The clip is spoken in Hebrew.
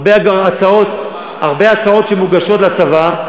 הרבה הצעות שמוגשות לצבא,